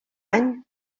any